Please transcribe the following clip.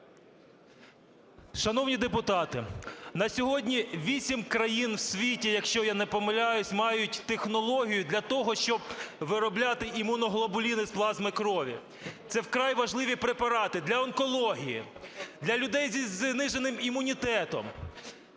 Шановні депутати, на сьогодні 8 країн у світі, якщо я не помиляюсь, мають технологію для того, щоб виробляти імуноглобулін із плазми крові. Це вкрай важливі препарати для онкології, для людей із зниженим імунітетом.